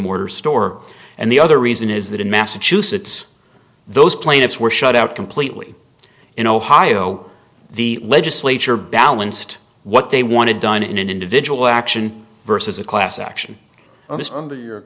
mortar store and the other reason is that in massachusetts those plaintiffs were shut out completely in ohio the legislature balanced what they wanted done in an individual action versus a class action